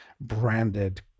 branded